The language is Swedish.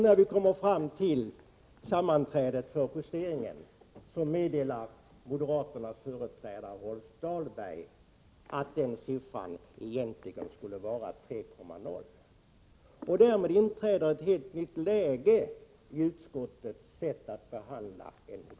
När vi kom fram tiil sammanträdet för justeringen meddelade moderaternas företrädare Rolf Dahlberg att siffran egentligen skulle vara 3,0. Därmed hamnade utskottet i ett helt nytt läge när det gällde dess sätt att behandla en motion.